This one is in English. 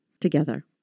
together